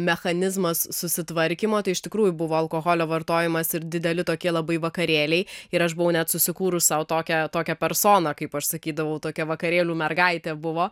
mechanizmas susitvarkymo tai iš tikrųjų buvo alkoholio vartojimas ir dideli tokie labai vakarėliai ir aš buvau net susikūrus sau tokią tokią personą kaip aš sakydavau tokia vakarėlių mergaitė buvo